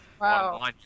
Wow